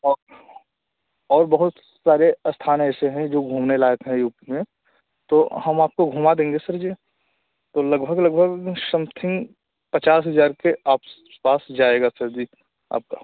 और और बहुत सारे स्थान ऐसे हैं जो घूमने लायक है यू पी में तो हम आपको घूमा देंगे सर जी तो लगभग लगभग समथिंग पचास हज़ार के आस पास जाएगा सर जी आपका